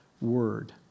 word